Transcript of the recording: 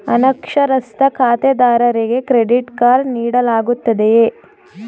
ಅನಕ್ಷರಸ್ಥ ಖಾತೆದಾರರಿಗೆ credit card ನೀಡಲಾಗುತ್ತದೆಯೇ?